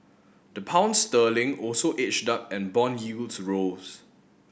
the Pound sterling also edged up and bond yields rose